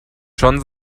schon